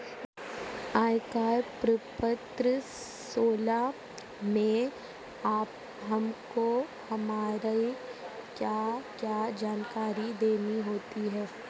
आयकर प्रपत्र सोलह में हमको हमारी क्या क्या जानकारी देनी होती है?